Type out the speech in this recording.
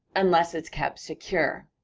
unless it's kept secure.